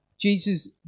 Jesus